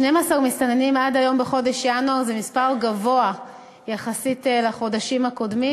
12 מסתננים עד היום בחודש ינואר זה מספר גבוה יחסית לחודשים הקודמים.